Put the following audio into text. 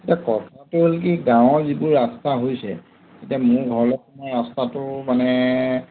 এতিয়া কথাটো হ'ল কি গাঁৱৰ যিবোৰ ৰাস্তা হৈছে এতিয়া মোৰ ঘৰলৈ সোমোৱা ৰাস্তাটো মানে